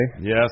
Yes